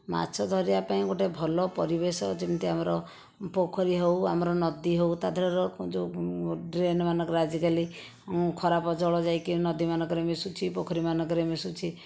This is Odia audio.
ମାଛ ଧରିବା ପାଇଁ ଗୋଟିଏ ଭଲ ପରିବେଶ ଯେମିତି ଆମର ପୋଖରୀ ହେଉ ଆମର ନଦୀ ହେଉ ତା'ଦେହରେ ଯେଉଁ ଡ୍ରେନମାନଙ୍କରେ ଆଜିକାଲି ଖରାପ ଜଳ ଯାଇକି ନଦୀମାନଙ୍କରେ ମିଶୁଛି ପୋଖରୀମାନଙ୍କରେ ମିଶୁଛି